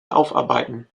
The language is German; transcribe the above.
aufarbeiten